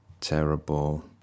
Terrible